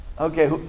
Okay